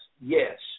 Yes